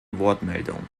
wortmeldung